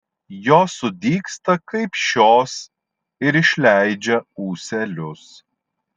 jos sudygsta kaip šios ir išleidžia ūselius